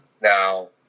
Now